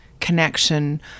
connection